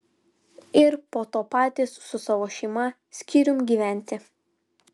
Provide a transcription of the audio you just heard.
ir po to patys su savo šeima skyrium gyventi